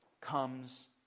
comes